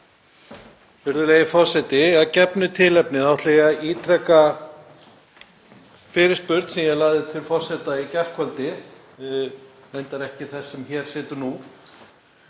Virðulegi forseti. Að gefnu tilefni ætla ég að ítreka fyrirspurn sem ég lagði til forseta í gærkvöldi, reyndar ekki þess sem hér situr nú,